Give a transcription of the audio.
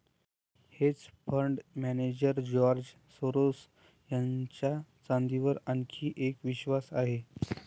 hedge fund manager George Soros यांचा चांदीवर आणखी एक विश्वास आहे